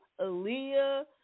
Aaliyah